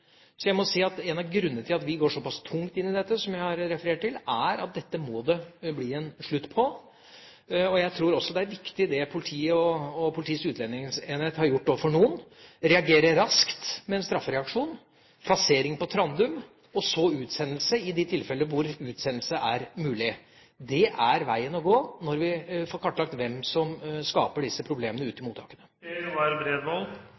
Så jeg må si at en av grunnene til at vi går såpass tungt inn i dette, som jeg har referert til, er at dette må det bli en slutt på. Jeg tror også det er viktig det som politiet og Politiets Utlendingsenhet har gjort overfor noen: reagere raskt med en straffereaksjon, plassering på Trandum og så utsendelse i de tilfellene hvor utsendelse er mulig. Det er veien å gå når vi får kartlagt hvem som skaper disse problemene ute i